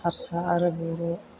हारसा आरो बर'